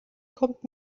kommt